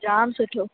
जाम सुठो